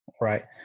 Right